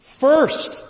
first